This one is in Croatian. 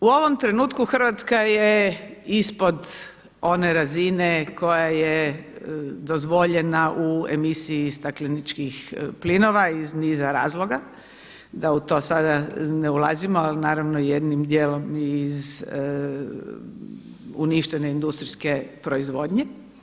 U ovom trenutku Hrvatska je ispod one razine koja je dozvoljena u emisiji stakleničkih plinova iz niza razloga, da u to sada ne ulazimo, ali naravno i jednim dijelom iz uništene industrijske proizvodnje.